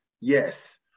yes